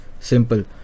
Simple